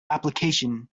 application